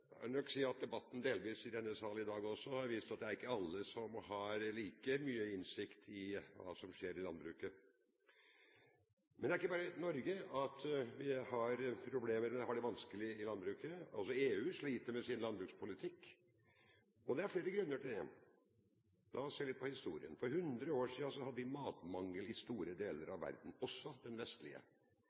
Jeg vil nok si at debatten i denne sal i dag delvis har vist at det ikke er alle som har like mye innsikt i hva som skjer i landbruket. Men det er ikke bare i Norge vi har det vanskelig i landbruket. Også EU sliter med sin landbrukspolitikk. Det er flere grunner til det. La oss se litt på historien: For 100 år siden hadde vi matmangel i store deler av verden, også i den vestlige.